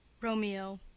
Romeo